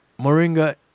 moringa